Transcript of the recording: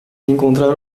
encontrar